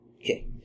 Okay